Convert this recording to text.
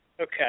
Okay